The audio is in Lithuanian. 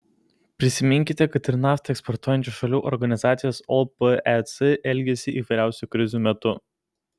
prisiminkite kad ir naftą eksportuojančių šalių organizacijos opec elgesį įvairiausių krizių metu